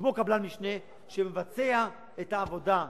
הוא קבלן המשנה שמבצע את העבודה בשטח,